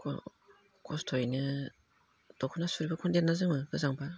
खस्थ'यैनो दख'ना सुरिखौनो जोमो गोजांब्ला